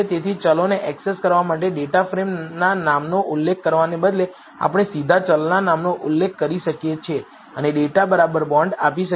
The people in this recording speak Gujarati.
તેથી ચલોને એક્સેસ કરવા માટે ડેટાફ્રેમના નામનો ઉલ્લેખ કરવાને બદલે આપણે સીધા ચલના નામનો ઉલ્લેખ કરી શકીએ અને ડેટા બોન્ડ આપી શકીએ